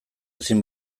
ezin